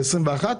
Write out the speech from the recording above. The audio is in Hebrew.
ב-2021,